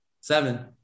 Seven